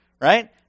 right